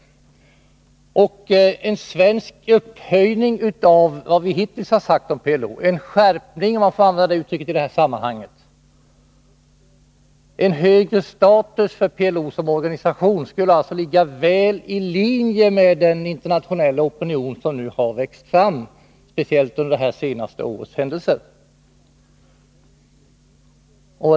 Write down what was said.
En svensk upphöjning av vad vi hittills har sagt om PLO, en skärpning —- om man får använda det uttrycket i detta sammanhang — så att PLO får en högre status som organisation skulle ligga väl i linje med den internationella opinion som nu växt fram, speciellt efter det senaste årets händelser.